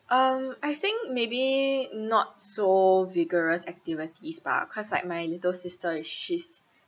um I think maybe not so vigorous activities bah cause like my little sister she's